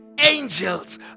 angels